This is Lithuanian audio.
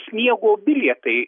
sniego bilietai